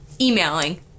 emailing